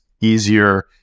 easier